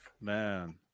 Man